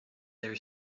their